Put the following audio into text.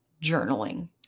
journaling